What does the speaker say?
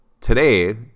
Today